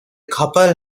couple